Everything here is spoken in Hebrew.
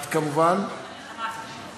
את כמובן, תמכתי.